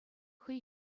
хӑй